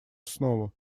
основу